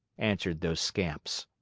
answered those scamps.